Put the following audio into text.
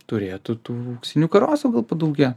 turėtų tų auksinių karosų padaugėt